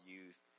Youth